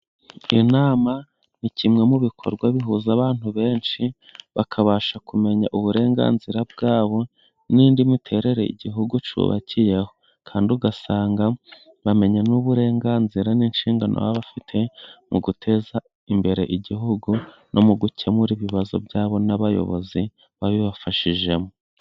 Inama ni kimwe mu bikorwa bihuza abantu benshi bakabasha kumenya uburenganzira bwabo, n'indi miterere igihugu cyubakiyeho, kandi ugasanga bamenya n'uburenganzira n'inshingano baba bafite mu guteza imbere igihugu, no mu gukemura ibibazo byabo n'abayobozi babibafashijemo.